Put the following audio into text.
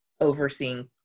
overseeing